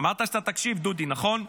אמרת שאתה תקשיב, דודי, נכון?